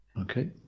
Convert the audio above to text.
Okay